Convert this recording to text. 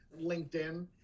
LinkedIn